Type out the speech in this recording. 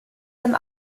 dem